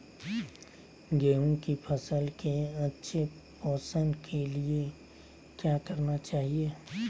गेंहू की फसल के अच्छे पोषण के लिए क्या करना चाहिए?